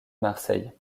marseille